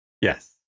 Yes